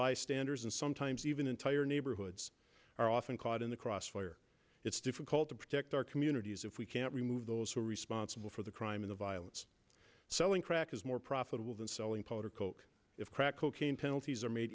bystanders and sometimes even entire neighborhoods are often caught in the crossfire it's difficult to protect our communities if we can't remove those who are responsible for the crime and violence selling crack is more profitable than selling pot or coke if crack cocaine penalties